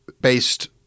based